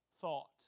thought